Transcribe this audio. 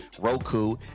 Roku